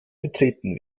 betreten